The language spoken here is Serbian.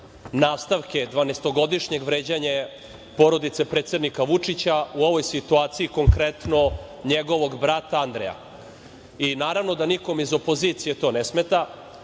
nastavke dvanaestogodišnjeg vređanja porodice predsednika Vučića, u ovoj situaciji konkretno njegovog brata Andreja. Naravno da nikome iz opozicije to ne smeta. Ja